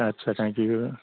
आस्सा thank U